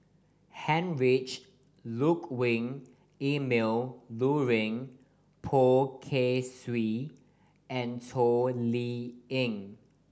Heinrich Ludwig Emil Luering Poh Kay Swee and Toh Liying